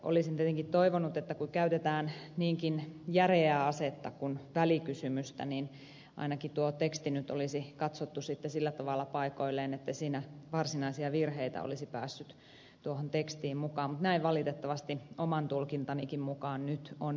olisin tietenkin toivonut että kun käytetään niinkin järeää asetta kuin välikysymystä niin ainakin tuo teksti nyt olisi katsottu sitten sillä tavalla paikoilleen ettei varsinaisia virheitä olisi päässyt tuohon tekstiin mukaan mutta näin valitettavasti oman tulkintanikin mukaan nyt on käynyt